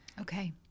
Okay